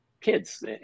kids